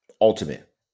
Ultimate